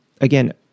again